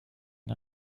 une